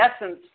essence